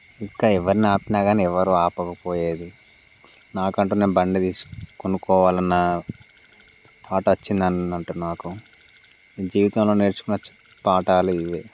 ఇంకా ఎవర్నాపినా గానీ ఎవరూ ఆపకపోయేది నాకంటూ నేను బండి తీసు కొనుక్కోవాలన్నా తాట్ వచ్చిందన్నట్టు నాకు నేను జీవితంలో నేర్చుకున్న పాఠాలు ఇవే